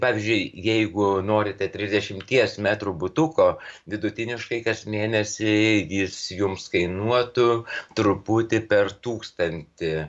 pavyzdžiui jeigu norite trisdešimties metrų butuko vidutiniškai kas mėnesį jis jums kainuotų truputį per tūkstantį